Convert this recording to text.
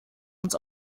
ins